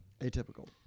atypical